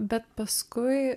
bet paskui